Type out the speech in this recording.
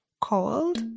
called